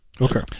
Okay